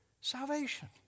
salvation